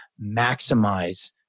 maximize